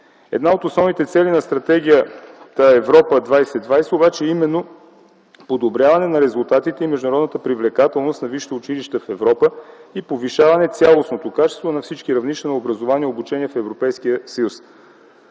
Една от основните цели на стратегията „Европа 2020” е именно подобряване на резултатите на международната привлекателност на висшето училище в Европа и повишаване цялостното качество на всички равнища на образование и обучение в Европейския съюз.